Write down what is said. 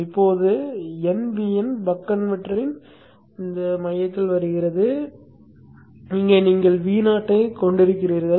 இப்போது nVin buck கன்வெர்ட்டரின் மையத்தில் வருகிறது இங்கே நீங்கள் Vo ஐக் கொண்டிருக்கிறீர்கள்